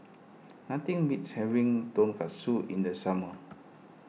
nothing beats having Tonkatsu in the summer